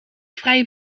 vrij